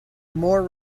more